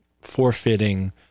forfeiting